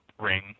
ring